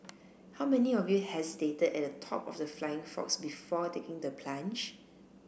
how many of you hesitated at the top of the flying fox before taking the plunge